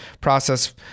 process